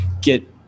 get